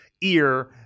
ear